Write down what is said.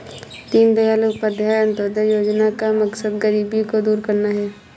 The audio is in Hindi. दीनदयाल उपाध्याय अंत्योदय योजना का मकसद गरीबी को दूर करना है